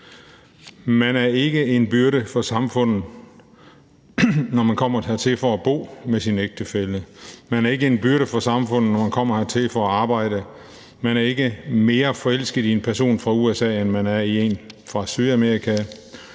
Man er ikke en byrde for samfundet, når man kommer hertil for at bo her med sin ægtefælle, man er ikke en byrde for samfundet, når man kommer hertil for at arbejde, og man er ikke mere forelsket i en person fra USA, end man er i en fra Sydamerika.